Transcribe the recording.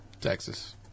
Texas